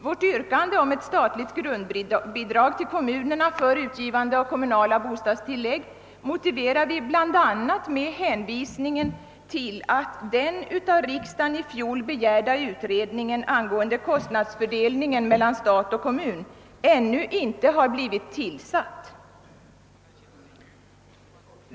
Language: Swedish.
Vårt yrkande om ett statligt grundbidrag till kommunerna för utgivande av kommunala bostadstillägg motiverar vi bl.a. med att den av riksdagen i fjol begärda utredningen angående kostnadsfördelningen mellan stat och kommun ännu inte blivit tillsatt.